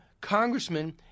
Congressman